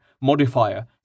modifier